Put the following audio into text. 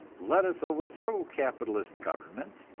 let us overthrow capitalist government,